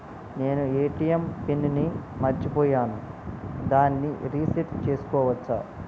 నేను ATM pin ని మరచిపోయాను దాన్ని రీ సెట్ చేసుకోవచ్చా?